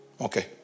Okay